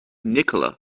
nikola